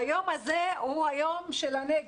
והיום הזה הוא היום של הנגב,